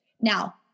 now